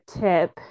tip